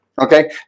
okay